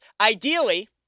Ideally